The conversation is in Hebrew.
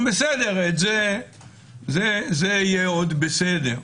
אומרים: זה יהיה עוד בסדר.